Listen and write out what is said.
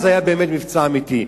אז היה באמת מבצע אמיתי.